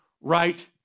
right